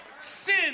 Sin